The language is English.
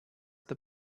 the